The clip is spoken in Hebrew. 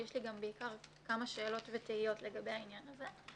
יש לי כמה שאלות ותהיות לגבי העניין הזה.